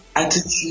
Attitude